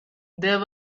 there